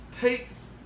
takes